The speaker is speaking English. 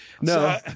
No